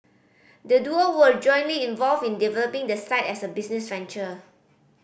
the duo were jointly involved in developing the site as a business venture